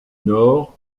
nord